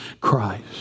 Christ